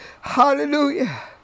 Hallelujah